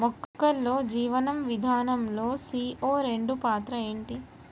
మొక్కల్లో జీవనం విధానం లో సీ.ఓ రెండు పాత్ర ఏంటి?